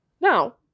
Now